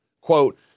Quote